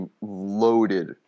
loaded